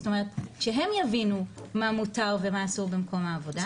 שהם יבינו מה מותר ומה אסור במקום העבודה.